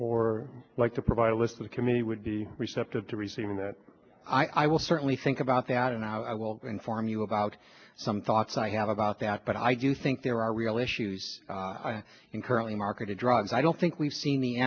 or like to provide a list of committee would be receptive to receiving the i will certainly think about that and i will inform you about some thoughts i have about that but i do think there are real issues in currently marketed drugs i don't think we've seen the